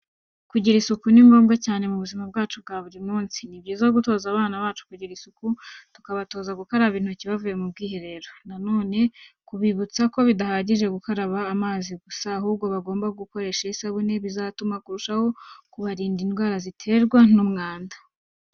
Kugira isuku ni ngombwa cyane mu buzima bwacu bwa buri munsi. Ni byiza gutoza abana bacu kugira isuku, tukabatoza gukaraba intoki bavuye mu bwiherero. Na none kubibutsa ko bidahagije gukaraba amazi gusa, ahubwo ko bagomba gukoresha n'isabune bizatuma birushaho kubarinda indwara ziterwa n'umwanda.